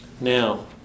Now